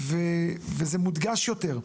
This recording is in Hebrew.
וזה מודגש יותר,